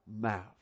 mouth